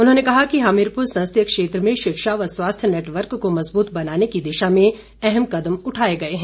उन्होंने कहा कि हमीरपुर संसदीय क्षेत्र में शिक्षा व स्वास्थ्य नेटवर्क को मज़बूत बनाने की दिशा में अहम कदम उठाए गए हैं